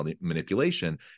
manipulation